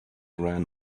ran